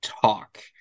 talk